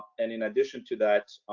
and in addition to that,